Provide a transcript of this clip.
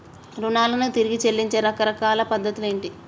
రుణాలను తిరిగి చెల్లించే రకరకాల పద్ధతులు ఏంటి?